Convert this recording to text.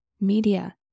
media